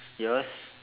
yours